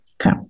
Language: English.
Okay